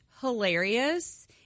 hilarious